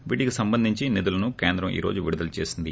వీటికి సంబంధించి నిధులను కేంద్రం ఈ రోజు విడుదల చేసింది